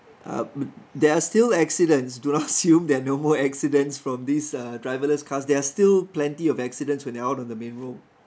uh there are still accidents do not assume they're no more accidents from these uh driverless cars there are still plenty of accidents when they are out on the main road